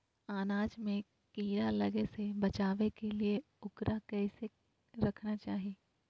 अनाज में कीड़ा लगे से बचावे के लिए, उकरा कैसे रखना चाही?